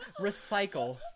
recycle